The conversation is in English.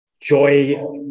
joy